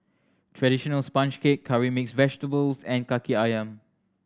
traditional sponge cake curry mix vegetables and Kaki Ayam